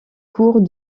cours